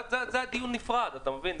זה דיון נפרד, אתה מבין?